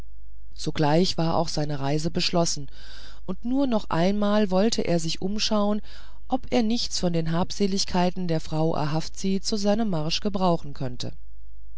sogleich war auch seine reise beschlossen und nur noch einmal wollte er sich umschauen ob er nichts von den habseligkeiten der frau ahavzi zu seinem marsch brauchen könnte